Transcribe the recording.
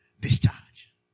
Discharge